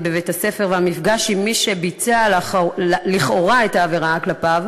בבית-הספר והמפגש עם מי שביצע לכאורה את העבירה כלפיו